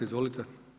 Izvolite.